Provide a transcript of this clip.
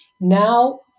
now